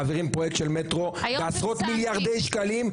מעבירים פרויקט של מטרו בעשרות מיליארדי שקלים,